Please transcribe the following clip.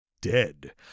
dead